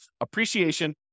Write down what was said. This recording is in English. appreciation